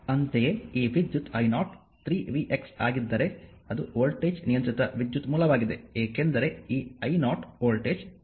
ಅಂತೆಯೇ ಈ ವಿದ್ಯುತ್ i0 3 v x ಆಗಿದ್ದರೆ ಅದು ವೋಲ್ಟೇಜ್ ನಿಯಂತ್ರಿತ ವಿದ್ಯುತ್ ಮೂಲವಾಗಿದೆ ಏಕೆಂದರೆ ಈ i0 ವೋಲ್ಟೇಜ್ v x ನ ಕಾರ್ಯವಾಗಿದೆ